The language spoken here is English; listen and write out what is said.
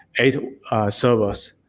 eight servers.